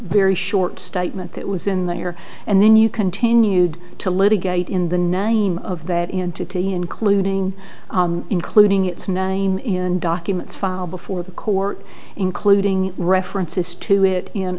very short statement that was in that year and then you continued to litigate in the name of that entity including including its name in documents filed before the court including references to it in